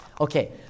Okay